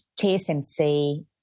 TSMC